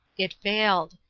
it failed.